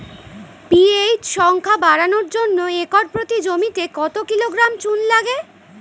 PH সংখ্যা বাড়ানোর জন্য একর প্রতি জমিতে কত কিলোগ্রাম চুন লাগে?